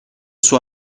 suo